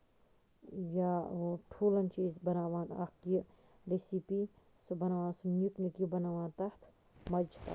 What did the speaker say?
یا ٹھوٗلَن چھِ أسۍ بَناوان اکھ یہِ ریسِپی سُہ بَںاوان سُہ نیُک نیُک بَناوان تَتھ مَزٕ چھُ